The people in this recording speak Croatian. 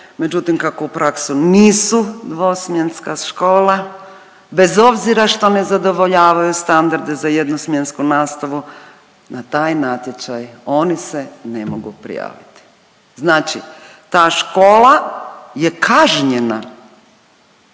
međutim kako u praksi nisu dvosmjenska škola, bez obzira što ne zadovoljavaju standarde za jednosmjensku nastavu na taj natječaj oni se ne mogu prijaviti. Znači ta škola je kažnjena